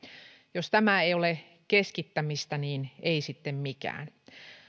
jos tämä ei ole keskittämistä niin ei sitten mikään